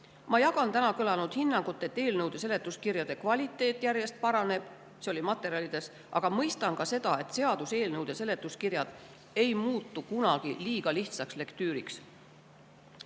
Ma jagan täna kõlanud hinnangut, et eelnõude seletuskirjade kvaliteet järjest paraneb – see oli materjalides kirjas –, aga mõistan ka seda, et seaduseelnõude seletuskirjad ei muutu kunagi liiga lihtsaks lektüüriks. Hea